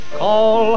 call